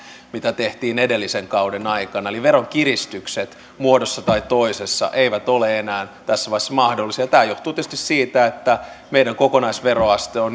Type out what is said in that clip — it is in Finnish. mitä tehtiin edellisen kauden aikana eli veronkiristykset muodossa tai toisessa eivät ole enää tässä vaiheessa mahdollisia tämä johtuu tietysti siitä että meidän kokonaisveroasteemme